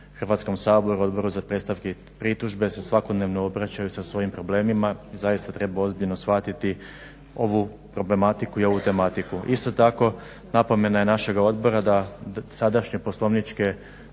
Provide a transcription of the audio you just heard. Hrvatskom saboru, Odboru za predstavke i pritužbe se svakodnevno obraćaju sa svojim problemima zaista treba ozbiljno shvatiti ovu problematiku i ovu tematiku. Isto tako, napomena je našega Odbora da sadašnje poslovničke